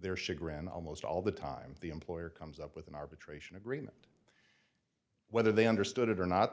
their chagrin almost all the time the employer comes up with an arbitration agreement whether they understood it or not the